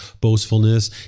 boastfulness